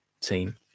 team